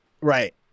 Right